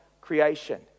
creation